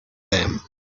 them